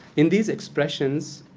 in these expressions,